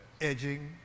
edging